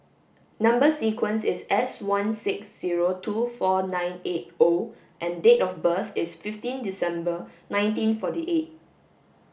number sequence is S one six zero two four nine eight O and date of birth is fifteen December nineteen forty eight